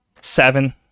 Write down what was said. Seven